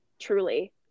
truly